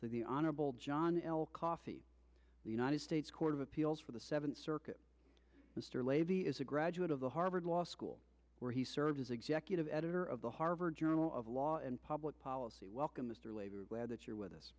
the honorable john l coffee the united states court of appeals for the seventh circuit mr lavie is a graduate of the harvard law school where he served as executive editor of the harvard journal of law and public policy welcome mr labor glad that you're with